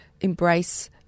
embrace